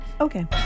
okay